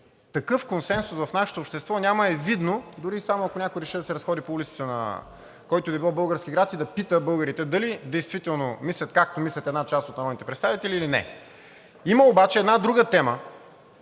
такъв консенсус в нашето общество няма, е видно дори и само ако някой реши да се разходи по улиците на който и да било български град и да пита българите дали действително мислят, както мислят една част от народните представители или не. Има обаче една друга тема,